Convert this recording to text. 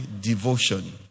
devotion